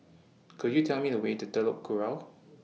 Could YOU Tell Me The Way to Telok Kurau